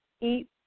Eat